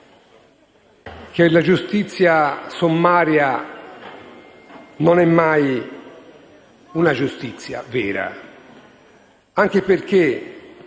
che la giustizia sommaria non sia mai una giustizia vera, anche perché,